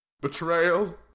Betrayal